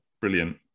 brilliant